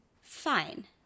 Fine